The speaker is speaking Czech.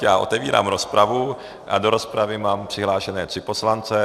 Já otevírám rozpravu a do rozpravy mám přihlášené tři poslanci.